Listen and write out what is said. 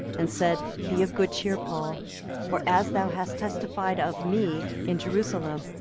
and said, be of good cheer, paul for as thou hast testified of me in jerusalem,